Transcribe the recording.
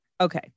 Okay